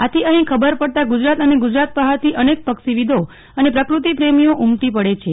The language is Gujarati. આથી અહીં ખબર પડતા ગુજરાત અને ગુજરાત બહારથી અનેક પક્ષીવિદો અને પ્રકૃતિપ્રેમીઓ ઉમટી પડે છે